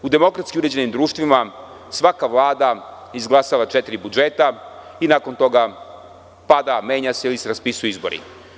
U demokratski uređenim društvima svaka vlada izglasava četiri budžeta i nakon toga pada, menja se ili se raspisuju izbori.